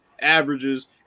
averages